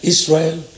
Israel